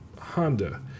honda